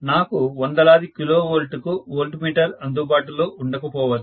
నాకు వందలాది కిలోవాల్ట్లకు వోల్టమీటర్ అందుబాటులో ఉండకపోవచ్చు